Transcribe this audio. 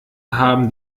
haben